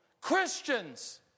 Christians